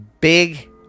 Big